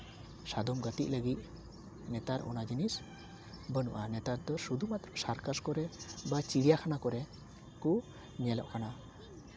ᱥᱟᱫᱚᱢ ᱜᱟᱛᱮᱜ ᱞᱟᱹᱜᱤᱫ ᱱᱮᱛᱟᱨ ᱚᱱᱟ ᱡᱤᱱᱤᱥ ᱵᱟᱹᱱᱩᱜᱼᱟ ᱱᱮᱛᱟᱨ ᱫᱚ ᱥᱩᱫᱷᱩ ᱢᱟᱛᱨᱚ ᱥᱟᱨᱠᱟᱥ ᱠᱚᱨᱮ ᱵᱟ ᱪᱤᱲᱭᱟᱠᱷᱟᱱᱟ ᱠᱚᱨᱮ ᱠᱚ ᱧᱮᱞᱚᱜ ᱠᱟᱱᱟ